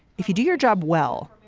if you do your job well,